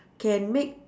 can make